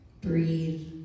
Breathe